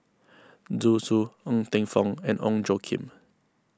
Zhu Xu Ng Teng Fong and Ong Tjoe Kim